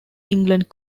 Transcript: england